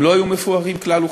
הם לא היו מפוארים כלל וכלל,